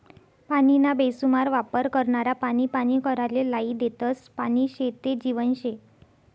पानीना बेसुमार वापर करनारा पानी पानी कराले लायी देतस, पानी शे ते जीवन शे